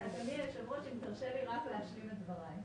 אדוני היושב, אם תרשה לי בבקשה להשלים את דבריי.